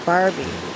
Barbie